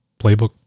Playbook